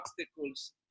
obstacles